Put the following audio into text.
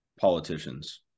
politicians